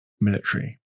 military